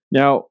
now